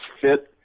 fit